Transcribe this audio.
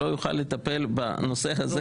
לא יוכל לטפל בנושא הזה.